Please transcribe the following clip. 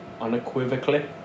unequivocally